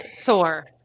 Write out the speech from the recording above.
Thor